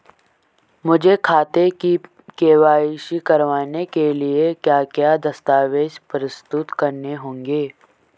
मुझे खाते की के.वाई.सी करवाने के लिए क्या क्या दस्तावेज़ प्रस्तुत करने होंगे?